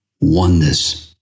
oneness